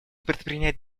предпринять